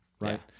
Right